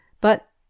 but